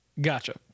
Gotcha